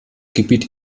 gebiet